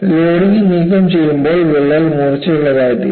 loading നീക്കംചെയ്യുമ്പോൾ വിള്ളൽ മൂർച്ചയുള്ളതായിത്തീരും